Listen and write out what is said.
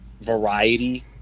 variety